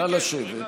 נא לשבת,